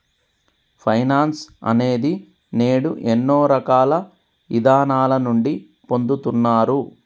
finance అనేది నేడు ఎన్నో రకాల ఇదానాల నుండి పొందుతున్నారు